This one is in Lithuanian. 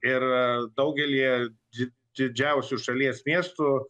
ir daugelyje di didžiausių šalies miestų